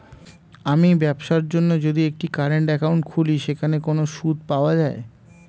আমি ব্যবসার জন্য যদি একটি কারেন্ট একাউন্ট খুলি সেখানে কোনো সুদ পাওয়া যায়?